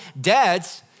dads